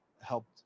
helped